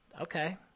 okay